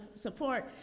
support